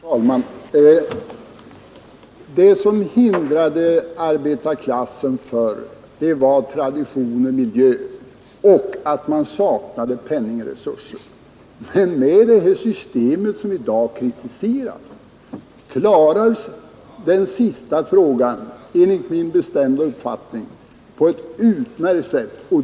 Fru talman! Det som hindrade arbetarklassen förr från att studera var tradition, miljö och brist på pengar, men med det system som i dag kritiseras klaras den sista frågan enligt min bestämda uppfattning på ett utmärkt sätt.